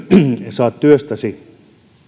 saa työstäsi